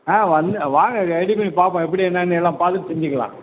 ஆ வந்து வாங்க ரெடி பண்ணிப் பார்ப்போம் எப்படி என்னான்னு எல்லாம் பார்த்துட்டு செஞ்சுக்கிலாம்